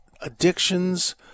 addictions